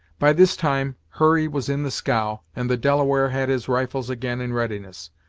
by this time hurry was in the scow, and the delaware had his rifles again in readiness.